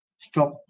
stop